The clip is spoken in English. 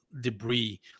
debris